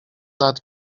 lat